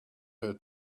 her